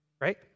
right